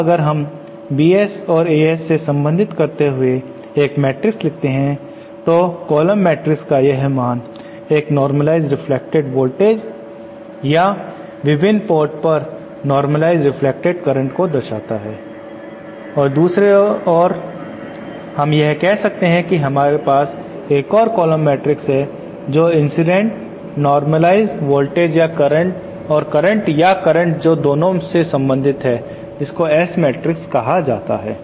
अब अगर हम Bs को As से संबंधित करते हुए एक मैट्रिक्स लिखते हैं तो कॉलम मैट्रिक्स का यह मान एक नॉर्मलाईझड रिफ्लेक्टिव वोल्टेज या विभिन्न पोर्ट पर नॉर्मलाईझड रेफ्लेक्टेड करंट को दर्शाता है और दूसरे और पर हम यह भी कह सकते हैं कि हमारे पास एक और कॉलम मैट्रिक्स जो इंसिडेंट नॉर्मलाईझड वोल्टेज और करंट या करंट जो दोनों से संबंधित है जिसको S मैट्रिक्स कहा जाता है